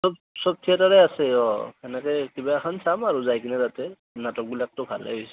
চব চব থিয়েটাৰে আছে অঁ তেনেকৈ কিবা এখন চাম আৰু যাই কিনি তাতে নাটক বিলাকটো ভালেই হৈছে